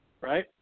right